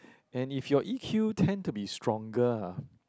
and if you E_Q tend to be stronger ah